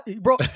bro